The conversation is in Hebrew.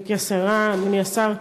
גברתי השרה, אדוני השר,